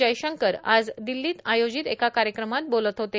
जयशंकर आज दिल्लीत आयोजित एका कार्यक्रमात बोलत होते